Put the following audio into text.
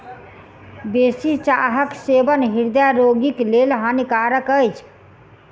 बेसी चाहक सेवन हृदय रोगीक लेल हानिकारक अछि